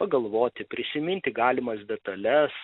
pagalvoti prisiminti galimas detales